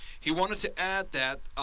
he wanted to add that